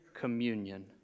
communion